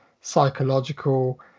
psychological